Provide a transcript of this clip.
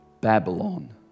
Babylon